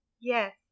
yes